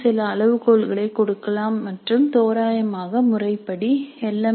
நாம் சில அளவுகோல்களைக் கொடுக்கலாம் மற்றும் தோராயமாக முறைப்படி எல்